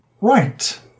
Right